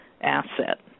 asset